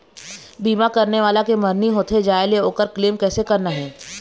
बीमा करने वाला के मरनी होथे जाय ले, ओकर क्लेम कैसे करना हे?